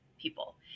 people